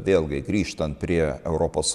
vėlgi grįžtant prie europos